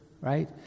right